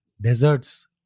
deserts